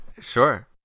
Sure